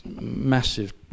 Massive